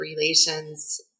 relations